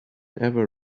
ever